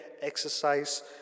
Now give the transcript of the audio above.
exercise